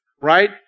right